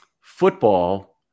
football